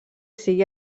sigui